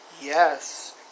Yes